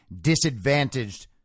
disadvantaged